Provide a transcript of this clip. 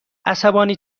عصبانی